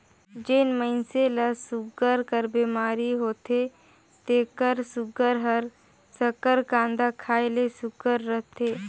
जेन मइनसे ल सूगर कर बेमारी होथे तेकर सूगर हर सकरकंद खाए ले सुग्घर रहथे